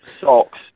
socks